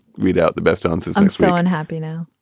read out the best answers. i'm so unhappy now